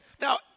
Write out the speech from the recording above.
Now